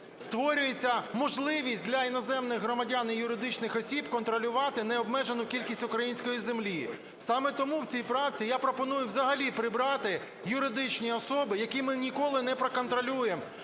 створюється можливість для іноземних громадян і юридичних осіб контролювати необмежену кількість української землі. Саме тому в цій правці я пропоную взагалі прибрати "юридичні особи", які ми ніколи не проконтролюємо,